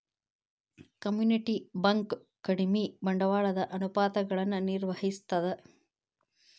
community bank ಕಡಿಮಿ ಬಂಡವಾಳದ ಅನುಪಾತಗಳನ್ನ ನಿರ್ವಹಿಸ್ತದ